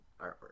artwork